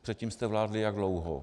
Předtím jste vládli jak dlouho?